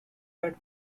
had